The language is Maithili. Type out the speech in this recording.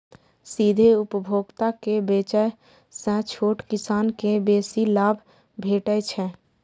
सीधे उपभोक्ता के बेचय सं छोट किसान कें बेसी लाभ भेटै छै